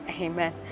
Amen